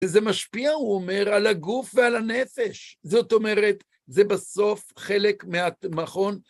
וזה משפיע, הוא אומר, על הגוף ועל הנפש, זאת אומרת, זה בסוף חלק מהמכון.